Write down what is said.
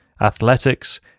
Athletics